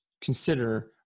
consider